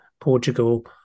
Portugal